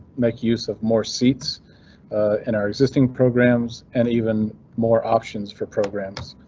make use of more seats in our existing programs and even more options for programs.